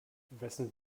wessen